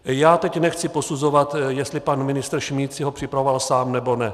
Já teď nechci posuzovat, jestli pan ministr Šmíd si ho připravoval sám, nebo ne.